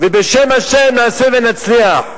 ובשם השם נעשה ונצליח.